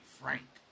frank